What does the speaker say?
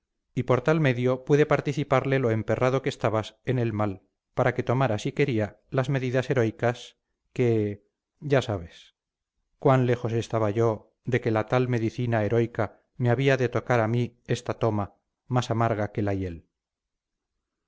y por tal medio pude participarle lo emperrado que estabas en el mal para que tomara si quería las medidas heroicas que ya sabes cuán lejos estaba yo que de la tal medicina heroica me había de tocar a mí esta toma más amarga que la hiel